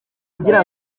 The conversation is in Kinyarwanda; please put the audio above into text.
kugira